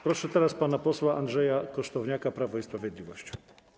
Proszę teraz pana posła Andrzeja Kosztowniaka, Prawo i Sprawiedliwość.